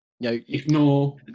Ignore